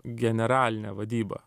generalinę vadybą